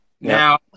Now